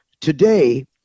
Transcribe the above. today